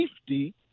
safety